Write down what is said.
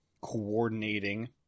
Coordinating